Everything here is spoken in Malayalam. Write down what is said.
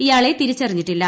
ഇയാളെ തിരിച്ചറിഞ്ഞിട്ടില്ല